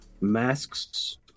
masks